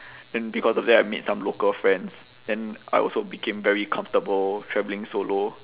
then because of that I made some local friends then I also became very comfortable travelling solo